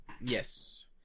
Yes